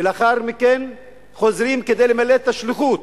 ולאחר מכן חוזרים כדי למלא את השליחות